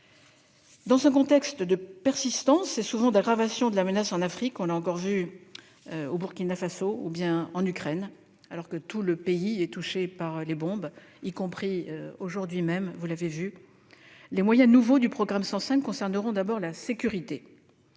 Dans un contexte de persistance et souvent d'aggravation de la menace en Afrique- on l'a encore vu au Burkina Faso -ou encore en Ukraine- tout le pays est frappé par des bombes, aujourd'hui encore -, les moyens nouveaux du programme 105 concerneront d'abord la sécurité.